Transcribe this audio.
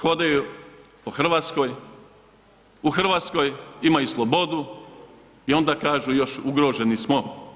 Hodaju po Hrvatskoj, u Hrvatskoj imaju slobodu i onda kažu još ugroženi smo.